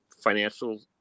financial